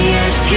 Yes